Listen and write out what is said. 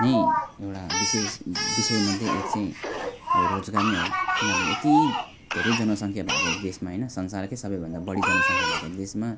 नै एउटा विशेष विषयमध्ये एक चाहिँ अब रोजगार नै हो किनभने यति धेरै जनसङ्ख्या भएको देशमा हैन संसारकै सबैभन्दा बढी जनसङ्ख्या भएको देशमा